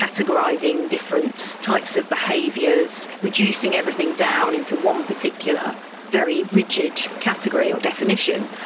categorising different types of behaviours, reducing everything down into one particular very rigid category or definition.